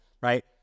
right